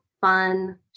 fun